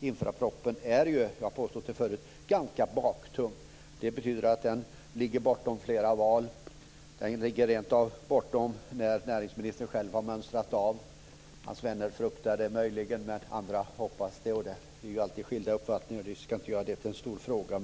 infrastrukturpropositionen är ju - jag har påstått det förut - ganska baktung. Det betyder att den ligger bortom flera val. Den ligger rentav bortom när näringsministern själv har mönstrat av. Hans vänner fruktar det möjligen, men andra hoppas det. Det finns alltid skilda uppfattningar. Jag ska inte göra det till en stor fråga.